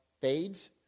fades